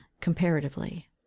comparatively